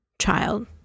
child